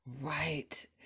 right